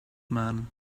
man